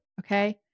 Okay